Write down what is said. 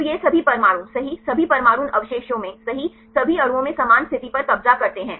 तो ये सभी परमाणु सही सभी परमाणु इन अवशेषों मेंसही सभी अणुओं में समान स्थिति पर कब्जा करते हैं